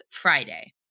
Friday